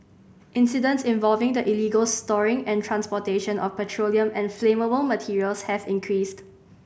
incidents involving the illegal storing and transportation of petroleum and flammable materials have increased